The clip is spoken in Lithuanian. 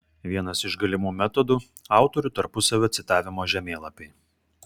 vienas iš galimų metodų autorių tarpusavio citavimo žemėlapiai